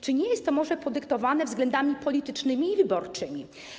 Czy nie jest to może podyktowane względami politycznymi i wyborczymi?